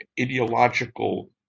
ideological